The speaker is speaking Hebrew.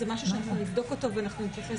זה משהו שאנחנו נבדוק אותו ואנחנו נתייחס